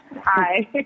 hi